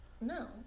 No